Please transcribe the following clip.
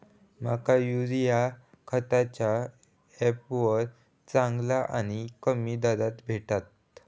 माका युरिया खयच्या ऍपवर चांगला आणि कमी दरात भेटात?